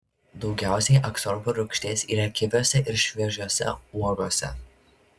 daugiausiai askorbo rūgšties yra kiviuose ir šviežiose uogose